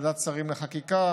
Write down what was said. ועדת שרים לחקיקה,